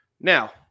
Now